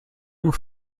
nur